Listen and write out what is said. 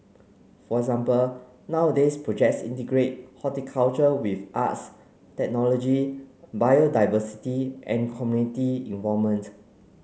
for example nowadays projects integrate horticulture with arts technology biodiversity and community involvement